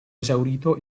esaurito